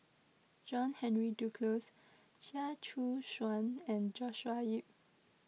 John Henry Duclos Chia Choo Suan and Joshua Ip